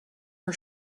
her